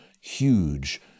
huge